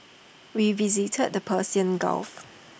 we visited the Persian gulf